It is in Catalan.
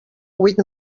huit